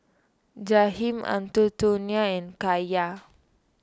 Jaheim Antonio and Kaia